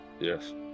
Yes